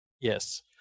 Yes